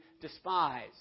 despise